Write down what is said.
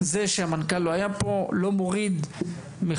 זה שהמנכ״ל לא היה בדיון, לא מוריד מחשיבות